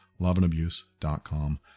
loveandabuse.com